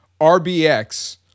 RBX